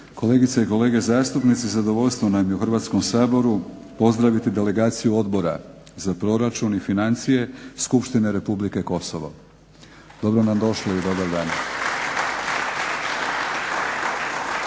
Kolegice i kolege zastupnici zadovoljstvo nam je u Hrvatskom saboru pozdraviti delegaciju Odbora za proračun i financije skupštine Republike Kosovo. Dobro nam došli i dobar dan.